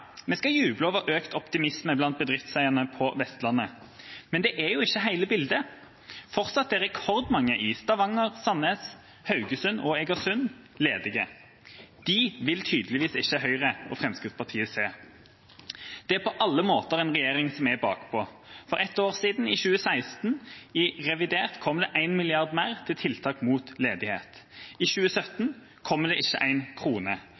vi skal juble over økt optimisme blant bedriftseierne på Vestlandet. Men det er ikke hele bildet. Fortsatt er rekordmange i Stavanger, Sandnes, Haugesund og Egersund ledige. Dem vil tydeligvis ikke Høyre og Fremskrittspartiet se. Dette er på alle måter en regjering som er bakpå. I revidert nasjonalbudsjett for et år siden, i 2016, kom det 1 mrd. kr mer til tiltak mot ledighet. I 2017 kommer det ikke én krone.